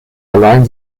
allein